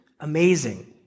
amazing